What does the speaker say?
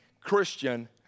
Christian